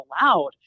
allowed